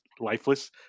lifeless